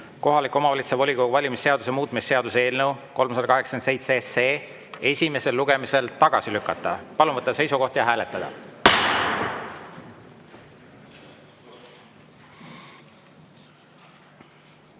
kohaliku omavalitsuse volikogu valimise seaduse muutmise seaduse eelnõu 387 esimesel lugemisel tagasi lükata. Palun võtta seisukoht ja hääletada!